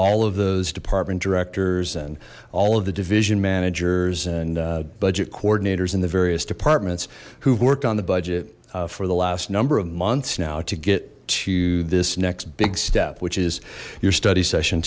all of those department directors and all of the division managers and budget coordinators in the various departments who've worked on the budget for the last number of months now to get to this next big step which is your study session